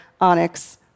onyx